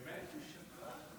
באמת הוא שקרן?